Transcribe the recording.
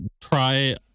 try